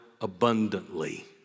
abundantly